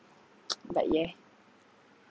but yeah